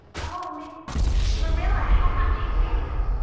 oh, miss marilla, how much you miss!